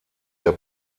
der